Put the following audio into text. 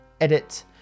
Edit